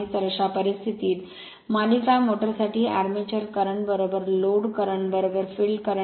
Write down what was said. तर अशा परिस्थितीत मालिका मोटर साठी armature current load current field current